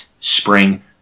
spring